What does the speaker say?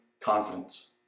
confidence